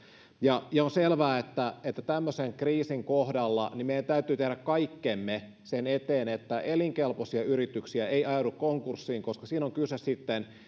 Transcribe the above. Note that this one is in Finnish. ja on selvää että että tämmöisen kriisin kohdalla meidän täytyy tehdä kaikkemme sen eteen että elinkelpoisia yrityksiä ei ajaudu konkurssiin koska siinä on kyse sitten